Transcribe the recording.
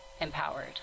empowered